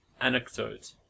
anecdote